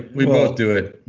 we both do it.